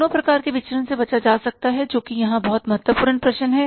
दोनों प्रकार के विचरन से बचा जा सकता है जो कि यहाँ बहुत महत्वपूर्ण प्रश्न है